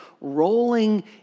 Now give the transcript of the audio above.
rolling